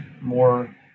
more